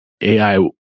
AI